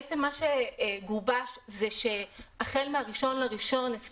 בעצם מה שגובש זה שהחל מה-1.1.2021,